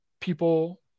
people